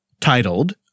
titled